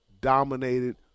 dominated